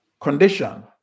condition